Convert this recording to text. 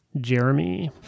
Jeremy